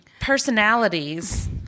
personalities